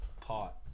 pot